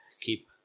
Keep